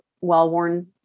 well-worn